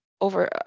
over